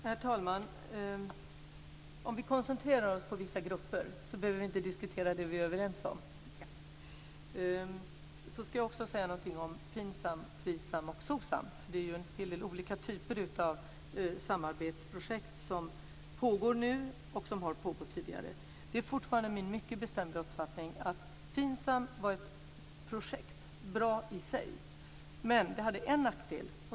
Herr talman! Om vi koncentrerar oss på vissa grupper behöver vi inte diskutera det vi är överens om. Jag ska också säga någonting om FINSAM, FRI SAM och SOCSAM. Det är en hel del olika typer av samarbetsprojekt som nu pågår och som har pågått tidigare. Det är fortfarande min mycket bestämda uppfattning att FINSAM var ett projekt som var bra i sig. Men det hade en nackdel.